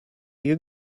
you